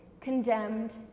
condemned